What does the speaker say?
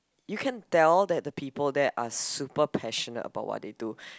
you can tell that the people there are super passionate about what they do